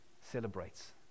celebrates